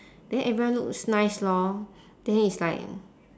then everyone looks nice lor then it's like